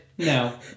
No